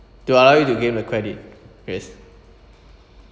to allow you to gain a credit yes